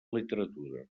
literatura